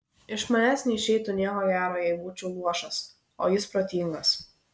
iš manęs neišeitų nieko gero jei būčiau luošas o jis protingas